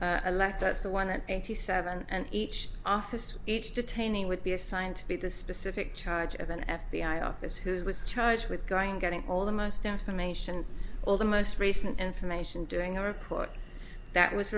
that's the one hundred eighty seven and each office each detaining would be assigned to be the specific charge of an f b i office who was charged with going getting all the most information all the most recent information doing a report that was